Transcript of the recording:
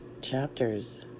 chapters